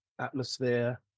Atmosphere